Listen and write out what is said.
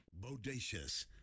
bodacious